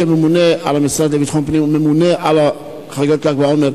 כממונה על המשרד לביטחון פנים וכממונה על חגיגות ל"ג בעומר,